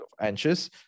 anxious